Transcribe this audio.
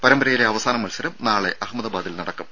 പരമ്പരയിലെ അവസാന മത്സരം നാളെ അഹമ്മദാബാദിൽ നടക്കും